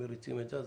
אנחנו מריצים את זה.